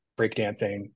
breakdancing